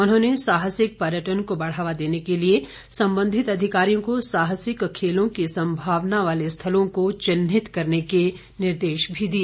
उन्होंने साहसिक पर्यटन को बढ़ावा देने के लिए सम्बन्धित अधिकारियों को साहसिक खेलों की संभावना वाले स्थलों को चिन्हित करने के निर्देश भी दिए